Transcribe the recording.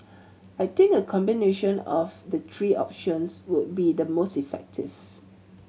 I think a combination of the three options would be the most effective